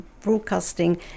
broadcasting